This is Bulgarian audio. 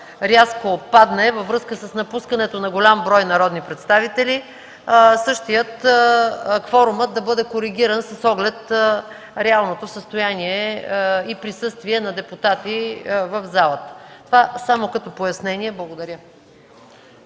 рязко падне във връзка с напускането на голям брой народни представители, да бъде коригиран с оглед реалното състояние и присъствие на депутати в залата. Това – само като пояснение. Благодаря.